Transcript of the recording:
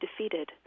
defeated